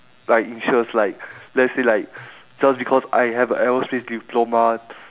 like interest like let's say like just because I have a aerospace diploma